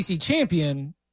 champion